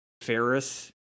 Ferris